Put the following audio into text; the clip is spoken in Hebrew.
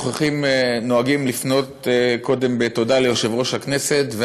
נוהגים לפנות קודם בתודה ליושב-ראש הכנסת,